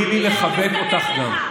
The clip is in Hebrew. תני לי לחבק גם אותך.